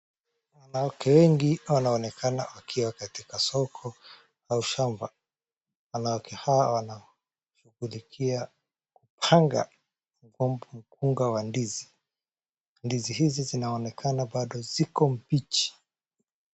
Wanawake wengi wanaonekana wakiwa katika soko au shamba, wanawake hawa wanashughulikia mkanga au mkunga wa ndizi, ndizi hizi zinaonekana bado ziko mbichi.